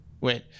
wait